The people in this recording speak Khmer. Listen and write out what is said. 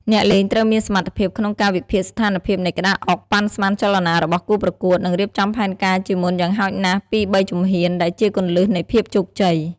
អ្នកលេងត្រូវមានសមត្ថភាពក្នុងការវិភាគស្ថានភាពនៃក្តារអុក ប៉ាន់ស្មានចលនារបស់គូប្រកួត និងរៀបចំផែនការជាមុនយ៉ាងហោចណាស់ពីរបីជំហាន ដែលជាគន្លឹះនៃភាពជោគជ័យ។